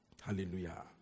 hallelujah